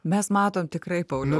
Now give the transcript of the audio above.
mes matom tikrai pauliau